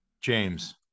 James